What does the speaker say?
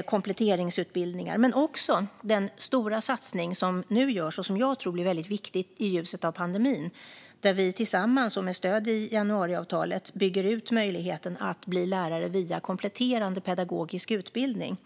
och kompletteringsutbildningar men också den stora satsning som nu görs - och som jag tror blir väldigt viktig i ljuset av pandemin - där vi tillsammans och med stöd i januariavtalet bygger ut möjligheten att bli lärare via kompletterande pedagogisk utbildning.